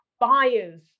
buyers